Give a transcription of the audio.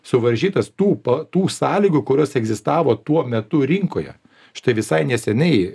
suvaržytas tų pa tų sąlygų kurios egzistavo tuo metu rinkoje štai visai neseniai